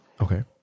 Okay